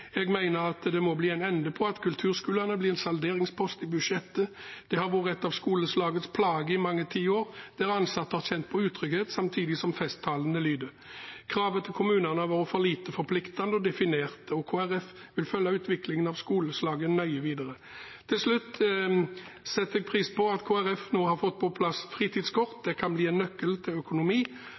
Jeg mener at det må bli en ende på at kulturskolene blir en salderingspost i budsjettet. Det har vært et av skoleslagets plager i mange tiår, der ansatte har kjent på utrygghet samtidig som festtalene lyder. Kravet til kommunene har vært for lite forpliktende og definerte, og Kristelig Folkeparti vil følge utviklingen av skoleslaget nøye videre. Til slutt setter jeg pris på at Kristelig Folkeparti nå har fått på plass fritidskort, det kan bli en nøkkel til økonomi.